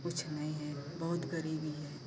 कुछ नहीं है बहुत गरीबी है